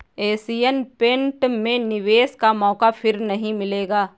Asian paint में निवेश का मौका फिर नही मिलेगा